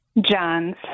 Johns